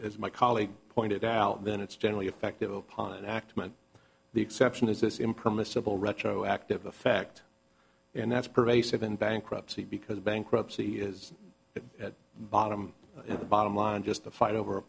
my colleague pointed out then it's generally effective upon act the exception is this imprimis simple retroactive effect and that's pervasive in bankruptcy because bankruptcy is at bottom the bottom line just a fight over a